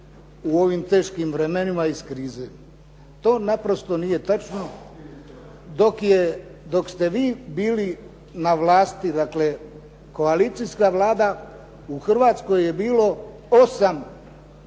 u ovim teškim vremenima iz krize. To naprosto nije točno. Dok ste vi bili na vlasti, dakle, koalicijska Vlada, u Hrvatskoj je bilo 8,